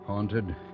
haunted